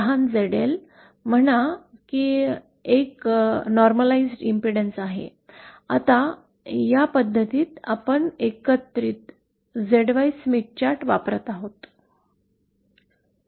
लहान ZL म्हणा की एक सामान्य प्रतिबाधा आहे आता या पद्धतीत आपण एकत्रित ZY स्मिथ चार्ट वापरत आहोत